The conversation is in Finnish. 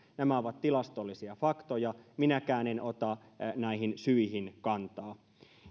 nämä ovat tilastollisia faktoja minäkään en ota syihin kantaa